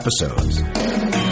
episodes